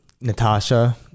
Natasha